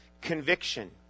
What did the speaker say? conviction